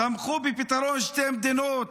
תמכו בפתרון שתי מדינות,